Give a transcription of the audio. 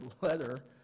letter